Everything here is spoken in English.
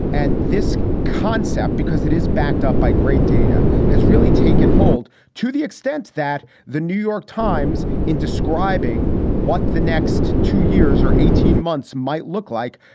and this concept, because it is backed up by great data, has really taken hold to the extent that the new york times, in describing what the next two years or eighteen months might look like.